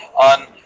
on